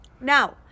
Now